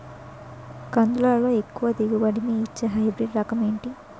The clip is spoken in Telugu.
కందుల లో ఎక్కువ దిగుబడి ని ఇచ్చే హైబ్రిడ్ రకం ఏంటి?